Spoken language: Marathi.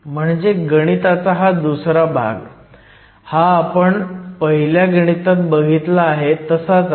म्हणजे गणिताचा हा दुसरा भाग हा आपण पहिल्या गणितात बघितला तसाच आहे